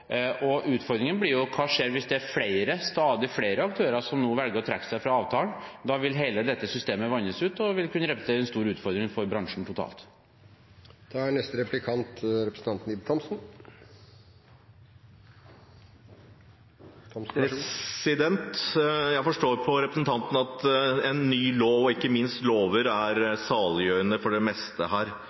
Utfordringen blir: Hva skjer hvis det er flere, stadig flere, aktører som velger å trekke seg fra avtalen? Da vil hele dette systemet vannes ut, og det vil kunne representere en stor utfordring for bransjen totalt sett. Jeg forstår på representanten at en ny lov – og ikke minst lover – er saliggjørende for det meste her.